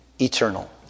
eternal